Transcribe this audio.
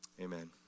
Amen